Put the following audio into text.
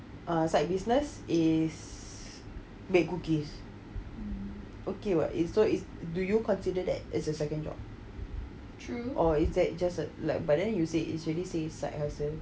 side business is bake cookies okay [what] is so do you consider that is a second job or is that just a like but then you said already said is really say side hustle